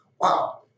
wow